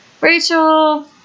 Rachel